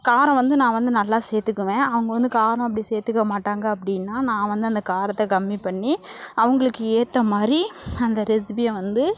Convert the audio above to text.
காரம் வந்து நான் வந்து நல்லா சேர்த்துக்குவேன் அவங்க வந்து காரம் அப்படி சேர்த்துக்க மாட்டாங்க அப்படீன்னா நான் வந்து அந்த காரத்தை கம்மி பண்ணி அவங்களுக்கு ஏத்தமாதிரி அந்த ரெசிபியை வந்து